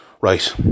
right